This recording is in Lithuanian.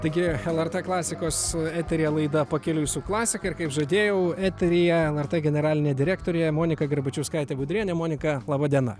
taigi lrt klasikos eteryje laida pakeliui su klasika ir kaip žadėjau eteryje lrt generalinė direktorė monika garbačiauskaitė budrienė monika laba diena